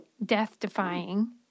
death-defying